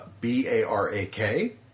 B-A-R-A-K